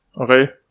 Okay